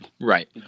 Right